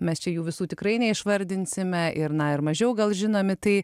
mes čia jų visų tikrai neišvardinsime ir na ir mažiau gal žinomi tai